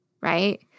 right